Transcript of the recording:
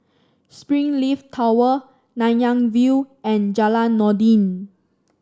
Springleaf Tower Nanyang View and Jalan Noordin